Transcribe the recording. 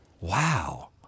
Wow